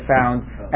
found